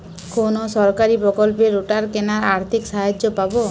কোন সরকারী প্রকল্পে রোটার কেনার আর্থিক সাহায্য পাব?